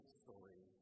story